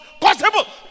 possible